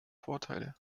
vorteile